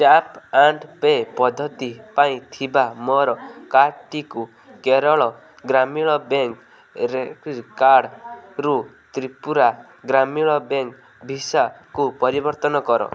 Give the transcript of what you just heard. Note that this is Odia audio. ଟ୍ୟାପ୍ ଆଣ୍ଡ ପେ ପଦ୍ଧତି ପାଇଁ ଥିବା ମୋର କାର୍ଡ଼ଟିକୁ କେରଳ ଗ୍ରାମୀଣ ବ୍ୟାଙ୍କ କାର୍ଡ଼ରୁ ତ୍ରିପୁରା ଗ୍ରାମୀଣ ବ୍ୟାଙ୍କ ଭିସାକୁ ପରିବର୍ତ୍ତନ କର